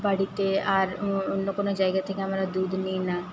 বাড়িতে আর অন্য কোনো জায়গা থেকে আমরা দুধ নিই না